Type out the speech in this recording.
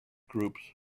groups